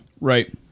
Right